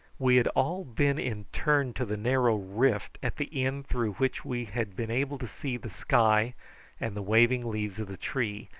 we had all been in turn to the narrow rift at the end through which we had been able to see the sky and the waving leaves of the trees,